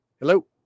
Hello